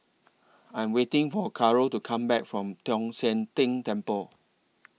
I'm waiting For Caro to Come Back from Tong Sian Tng Temple